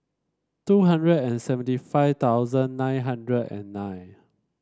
two hundred seventy five thousand nine hundred and nine